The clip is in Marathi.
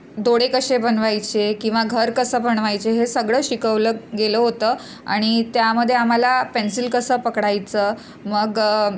दोडे कसे बनवायचे किंवा घर कसं बनवायचे हे सगळं शिकवलं गेलं होतं आणि त्यामध्ये आम्हाला पेन्सिल कसं पकडायचं मग